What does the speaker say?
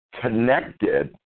connected